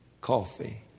Coffee